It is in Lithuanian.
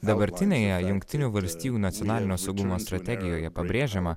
dabartinėje jungtinių valstijų nacionalinio saugumo strategijoje pabrėžiama